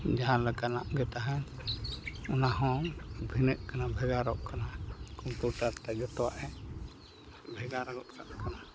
ᱡᱟᱦᱟᱸ ᱞᱮᱠᱟᱱᱟᱜ ᱜᱮ ᱛᱟᱦᱮᱱ ᱚᱱᱟ ᱦᱚᱸ ᱵᱷᱤᱱᱟᱹᱜ ᱠᱟᱱᱟ ᱵᱷᱮᱜᱟᱨᱚᱜ ᱠᱟᱱᱟ ᱠᱚᱢᱯᱩᱴᱟᱨᱛᱮ ᱡᱚᱛᱚᱣᱟᱜᱼᱮ ᱵᱷᱮᱜᱟᱨ ᱜᱚᱫ ᱠᱟᱜ ᱠᱟᱱᱟ